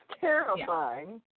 terrifying